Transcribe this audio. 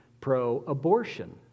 pro-abortion